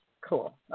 Cool